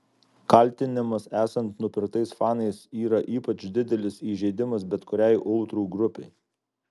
kaltinimas esant nupirktais fanais yra ypač didelis įžeidimas bet kuriai ultrų grupei